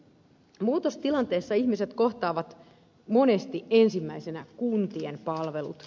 muutostilanteessa ihmiset kohtaavat monesti ensimmäisenä kuntien palvelut